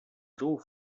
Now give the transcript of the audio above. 兖州